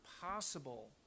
possible